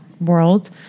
world